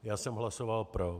Já jsem hlasoval pro.